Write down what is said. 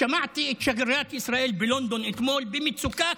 שמעתי את שגרירת ישראל בלונדון אתמול במצוקה,